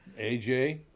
AJ